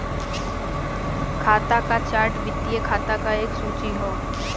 खाता क चार्ट वित्तीय खाता क एक सूची हौ